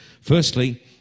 Firstly